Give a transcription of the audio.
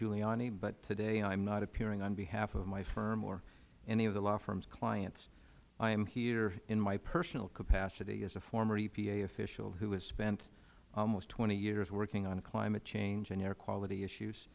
giuliani but today i am not appearing on behalf of my firm or any of the law firm's clients i am here in my personal capacity as a former epa official who has spent almost twenty years working on climate change and air quality issues